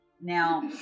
Now